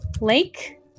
Lake